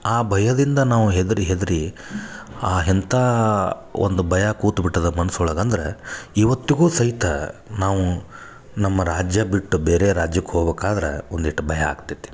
ಆ ಭಯದಿಂದ ನಾವು ಹೆದರಿ ಹೆದರಿ ಆ ಎಂಥ ಒಂದು ಭಯ ಕೂತ್ಬಿಟ್ಟದ ಮನ್ಸೊಳಗೆ ಅಂದ್ರೆ ಇವತ್ತಿಗೂ ಸಹಿತ ನಾವು ನಮ್ಮ ರಾಜ್ಯ ಬಿಟ್ಟು ಬೇರೆ ರಾಜ್ಯಕ್ಕೆ ಹೋಗ್ಬೇಕಾದ್ರೆ ಒಂದೀಟ್ ಭಯ ಆಗ್ತೈತಿ